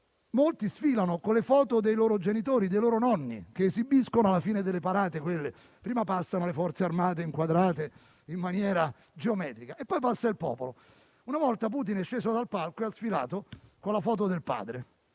molti sfilano con le foto dei loro genitori, dei loro nonni, che esibiscono alla fine delle parate; prima passano le forze armate, inquadrate in maniera geometrica, e poi passa il popolo. Una volta Putin è sceso dal palco e ha sfilato con la foto del padre: